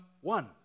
one